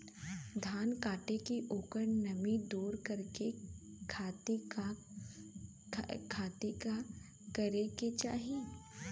धान कांटेके ओकर नमी दूर करे खाती का करे के चाही?